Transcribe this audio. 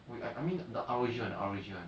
wait I I mean the R_O_G the R_O_G [one]